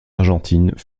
argentine